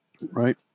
Right